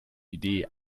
idee